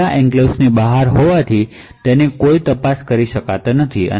data enclaves ની બહાર હોવાથી કોઈ તપાસ જરૂરી નથી